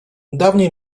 dawniej